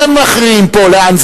אתם מכריעים פה לאן זה ילך.